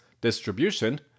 distribution